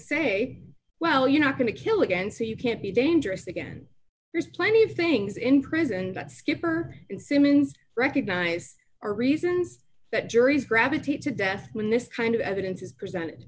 say well you know i'm going to kill again so you can't be dangerous again there's plenty of things in prison that skipper simmons recognize or reasons that juries gravitate to death when this kind of evidence is presented